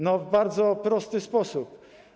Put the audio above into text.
No, w bardzo prosty sposób.